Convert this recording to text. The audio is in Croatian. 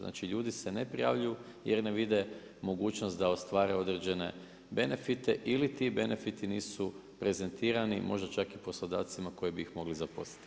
Znači, ljudi se ne prijavljuju, jer ne vide mogućnost da ostvare određene benefite ili ti benefiti nisu prezentirani, možda čak i poslodavcima koji bi ih mogli zaposliti.